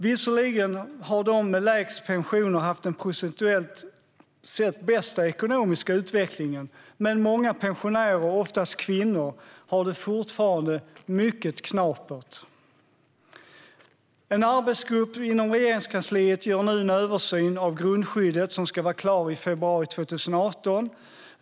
Visserligen har de med lägst pensioner haft den procentuellt sett bästa ekonomiska utvecklingen, men många pensionärer - oftast kvinnor - har det fortfarande mycket knapert. En arbetsgrupp inom Regeringskansliet gör nu en översyn av grundskyddet, som ska vara klar i februari 2018.